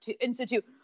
Institute